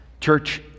church